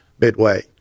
midway